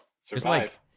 survive